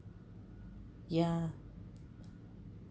ya